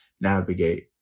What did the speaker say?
navigate